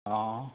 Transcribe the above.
অঁ